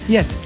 Yes